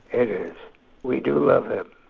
and we do love him.